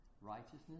Righteousness